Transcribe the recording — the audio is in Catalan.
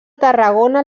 tarragona